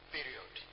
Period